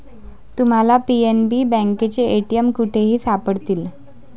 तुम्हाला पी.एन.बी बँकेचे ए.टी.एम कुठेही सापडतील